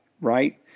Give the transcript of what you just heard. right